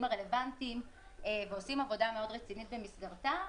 הרלוונטיים ועושים עבודה מאוד רצינית במסגרתה,